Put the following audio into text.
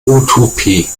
utopie